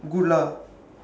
good lah